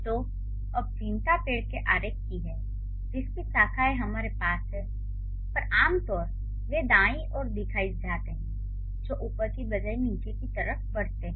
तो अब चिंता पेड़ के आरेख की है जिसकी शाखाएं हमारे पास हैं पर आमतौर वे दायीं ओर दिखाए जाते हैं जो ऊपर की बजाय नीचे की तरफ बढ़ने लगते हैं